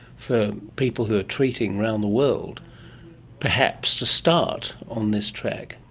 for people who are treating around the world perhaps to start on this track?